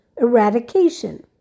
eradication